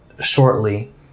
shortly